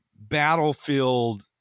battlefield